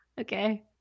Okay